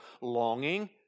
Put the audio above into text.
longing